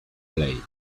play